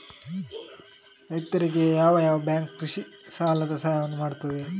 ರೈತರಿಗೆ ಯಾವ ಯಾವ ಬ್ಯಾಂಕ್ ಕೃಷಿಗೆ ಸಾಲದ ಸಹಾಯವನ್ನು ಮಾಡ್ತದೆ?